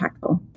impactful